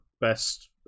best